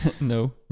no